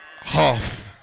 Half